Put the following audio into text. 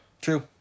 True